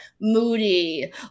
moody